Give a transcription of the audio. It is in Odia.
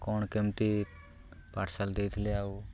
କ'ଣ କେମ୍ତି ପାର୍ସଲ୍ ଦେଇଥିଲେ ଆଉ